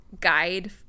guide